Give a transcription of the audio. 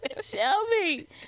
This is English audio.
Shelby